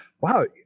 wow